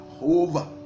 over